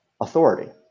authority